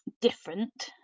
Different